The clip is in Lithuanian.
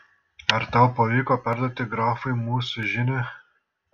ar tau pavyko perduoti grafui mūsų žinią